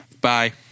Bye